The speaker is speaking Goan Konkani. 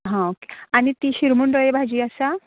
हा ओके आनी ती शिरमूड डोये भाजी म्हण आसा